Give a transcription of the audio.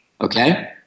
okay